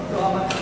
לא אמרתי את זה.